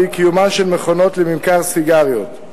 והיא קיומן של מכונות לממכר סיגריות.